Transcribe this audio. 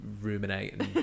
ruminate